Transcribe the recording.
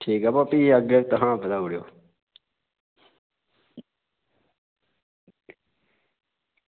ठीक बाऽ भी अग्गें तन्खाह् बधाई ओड़ेओ